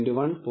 1 0